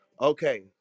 okay